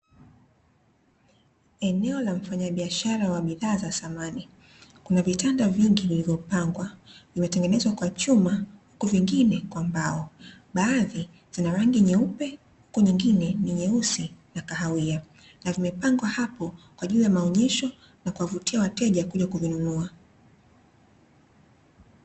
Eneo la mfanyabiashara wa bidhaa za samani. Kuna vitanda vingi vilivyopangwa, vimetengenezwa kwa chuma huku vingine kwa mbao. Baadhi zina rangi nyeupe huku nyingine ni nyeusi na kahawia, na vimepangwa hapo kwa ajili ya maonyesho na kuwavutia wateja kuja kuvinunua.